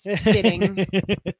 sitting